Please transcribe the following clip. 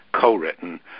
co-written